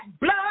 blood